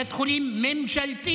בית חולים ממשלתי,